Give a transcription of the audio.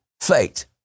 fate